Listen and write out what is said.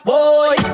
Boy